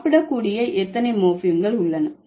சாப்பிடக்கூடிய எத்தனை மோர்ப்பிம்கள் உள்ளன